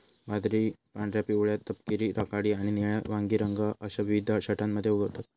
बाजरी पांढऱ्या, पिवळ्या, तपकिरी, राखाडी आणि निळ्या वांगी रंग अश्या विविध छटांमध्ये उगवतत